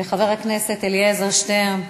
חבר הכנסת אלעזר שטרן,